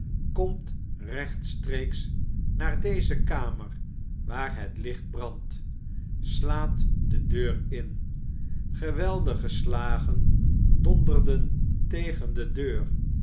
komt rechtstreeks naar deze kamer waar het licht brandt slaat de deur in geweldige slagen donderden tegen de deur